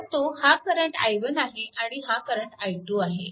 परंतु हा current i1 आहे आणि हा करंट i2 आहे